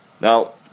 Now